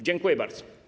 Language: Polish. Dziękuję bardzo.